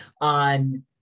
on